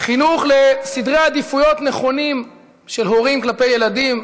חינוך לסדרי עדיפויות נכונים של הורים כלפי ילדים,